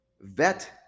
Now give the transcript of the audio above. vet